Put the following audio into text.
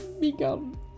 become